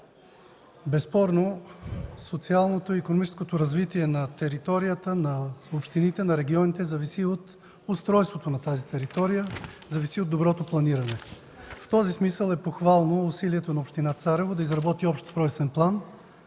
Безспорно социалното и икономическото развитие на територията на общините, на регионите зависи от устройството на тази територия и от доброто планиране. В този смисъл са похвални усилията на община Царево да изработи общия устройствен план.